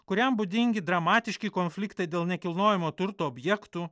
kuriam būdingi dramatiški konfliktai dėl nekilnojamo turto objektų